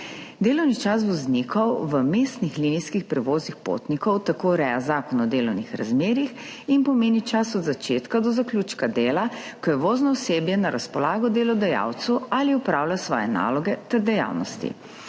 Delovni čas voznikov v mestnih linijskih prevozih potnikov tako ureja Zakon o delovnih razmerjih in pomeni čas od začetka do zaključka dela, ko je vozno osebje na razpolago delodajalcu ali opravlja svoje naloge ter dejavnosti.